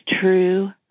true